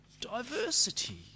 diversity